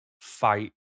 fight